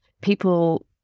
people